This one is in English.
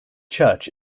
church